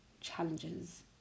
challenges